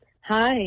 Hi